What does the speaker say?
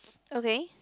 okay